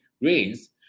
rains